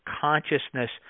consciousness